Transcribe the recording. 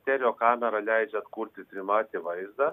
stereo kamera leidžia atkurti trimatį vaizdą